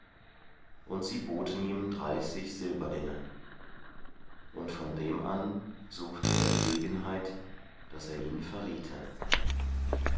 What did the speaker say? und sie boten ihm dreißig silberlinge und von dem an suchte er gelegenheit daß er ihn verriete